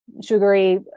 sugary